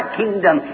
kingdom